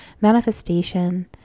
manifestation